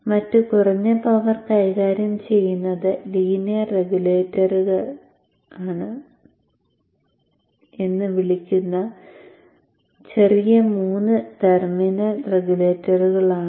മറ്റ് കുറഞ്ഞ പവർ കൈകാര്യം ചെയ്യുന്നത് ലീനിയർ റെഗുലേറ്ററുകൾ എന്ന് വിളിക്കുന്ന ചെറിയ മൂന്ന് ടെർമിനൽ റെഗുലേറ്ററുകളാണ്